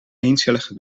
eencellige